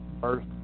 first